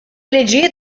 liġijiet